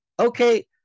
okay